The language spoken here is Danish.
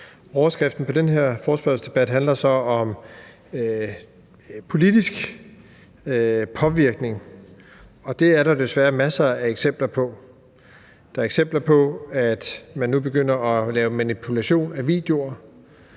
her forespørgselsdebat handler så om politisk påvirkning, og det er der desværre masser af eksempler på. Der er eksempler på, at man nu begynder at lave manipulation af videoer.